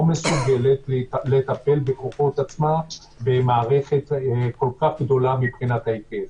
מסוגלת לטפל בכוחות עצמה במערכת כל כך גדולה מבחינת ההיקף.